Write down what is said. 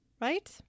right